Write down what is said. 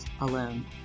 alone